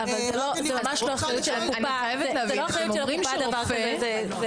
אבל זה לא אחריות של הקופה דבר כזה.